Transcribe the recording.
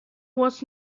was